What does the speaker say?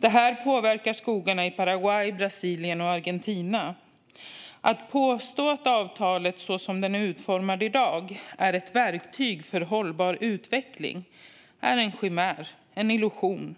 Detta påverkar skogarna i Paraguay, Brasilien och Argentina. Att påstå att avtalet, så som det är utformat i dag, är ett verktyg för hållbar utveckling är en chimär, en illusion.